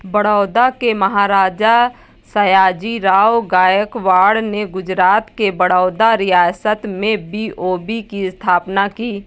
बड़ौदा के महाराजा, सयाजीराव गायकवाड़ ने गुजरात के बड़ौदा रियासत में बी.ओ.बी की स्थापना की